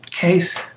case